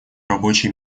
рабочие